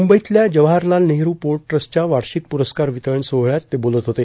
मुंबईतल्या जवाहरलाल नेहरू पोर्ट ट्रस्टच्या वार्षिक पुरस्कार वितरण सोहळ्यात ते बोलत होते